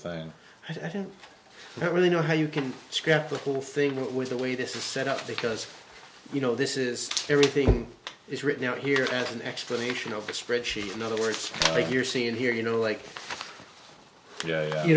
thing i don't really know how you can scrap the whole thing with the way this is set up because you know this is everything is written out here as an explanation of a spreadsheet in other words you're seeing here you know like y